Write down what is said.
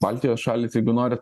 baltijos šalys jeigu norit